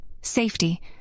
Safety